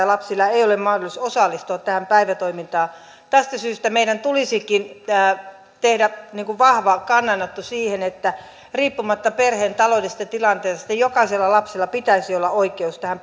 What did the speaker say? lapsilla ei ole mahdollisuutta osallistua tähän päivätoimintaan tästä syystä meidän tulisikin tehdä vahva kannanotto siihen että riippumatta perheen taloudellisesta tilanteesta jokaisella lapsella pitäisi olla oikeus tähän